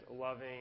loving